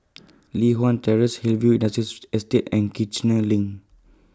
Li Hwan Terrace Hillview Estate and Kiichener LINK